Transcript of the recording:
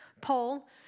Paul